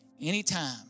anytime